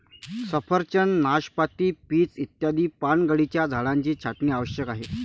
सफरचंद, नाशपाती, पीच इत्यादी पानगळीच्या झाडांची छाटणी आवश्यक आहे